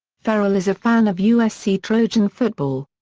ferrell is a fan of usc trojan football.